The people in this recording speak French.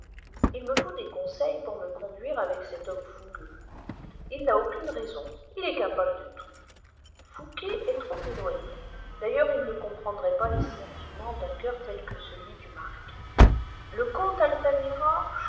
il me faut des conseils pour me conduire avec cet homme fougueux il n'a aucune raison il est capable de tout fouqué est trop éloigné d'ailleurs il ne comprendrait pas les sentiments d'un coeur tel que celui du marquis le comte altamira